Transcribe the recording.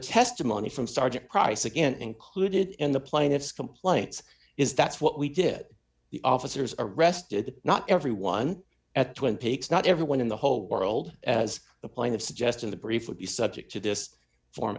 testimony from starting price again included in the plaintiff's complaints is that's what we did the officers arrested not everyone at twin peaks not everyone in the whole world as the playing of suggest in the brief would be subject to this form